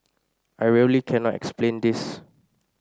I really cannot explain this